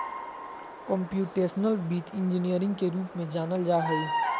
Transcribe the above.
computational वित्त engineering के रूप में जानल जा हइ